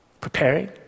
Preparing